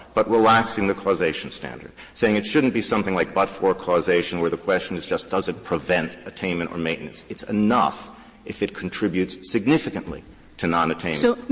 but relaxing the causation standard, saying it shouldn't be something like but-for causation where the question just doesn't prevent attainment or maintenance. it's enough if it contributes significantly to nonattainment